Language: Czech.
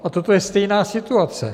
A toto je stejná situace.